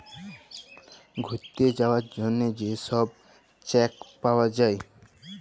ঘ্যুইরতে যাউয়ার জ্যনহে যে ছব চ্যাক পাউয়া যায়